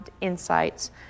insights